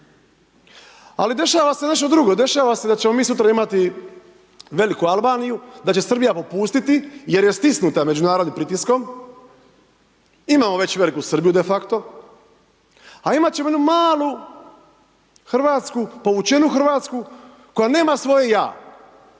Ali dešava se nešto drugo, dešava se da ćemo mi sutra imati veliku Albaniju, da će Srbija popustiti jer je stisnuta međunarodnim pritiskom, imamo već veliku Srbiju de facto, a imat ćemo jednu malu Hrvatsku, povučenu Hrvatsku, koja nema svoje ja,